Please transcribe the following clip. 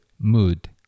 mood